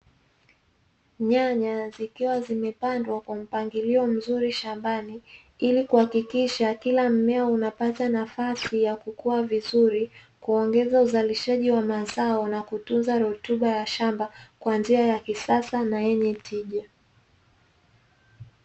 Nyanya zikiwa zimepandwa kwa mpangilio mzuri shambani ili kuhakikisha kila mmea unapata nafasi ya kukua vizuri, kuongeza uzalishaji wa mazao na kutunza rutuba ya shamba kwa njia ya kisasa na yenye tija.